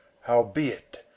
Howbeit